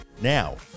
Now